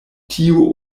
tiu